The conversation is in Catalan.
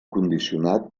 condicionat